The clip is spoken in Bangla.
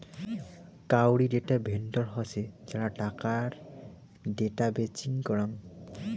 কাউরী ডেটা ভেন্ডর হসে যারা টাকার ডেটা বেচিম করাং